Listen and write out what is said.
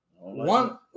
One